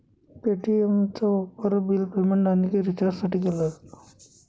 पे.टी.एमचा वापर bill payment आणि रिचार्जसाठी केला जातो